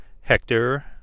Hector